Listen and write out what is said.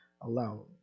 alone